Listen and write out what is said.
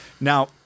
Now